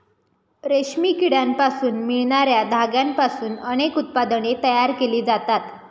रेशमी किड्यांपासून मिळणार्या धाग्यांपासून अनेक उत्पादने तयार केली जातात